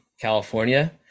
California